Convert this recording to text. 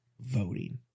voting